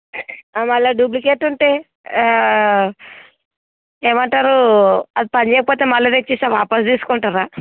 మళ్ళీ డూప్లికేట్ ఉంటే ఏమంటారు అది పని చేయకపోతే మళ్ళీ తెచ్చిస్తాము వాపసు తీసుకుంటారా